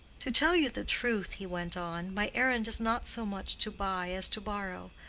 to tell you the truth, he went on, my errand is not so much to buy as to borrow.